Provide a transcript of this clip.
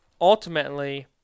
ultimately